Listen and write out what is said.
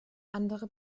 andere